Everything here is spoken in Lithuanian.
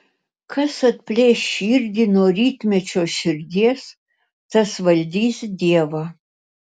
kas atplėš širdį nuo rytmečio širdies tas valdys dievą